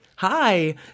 Hi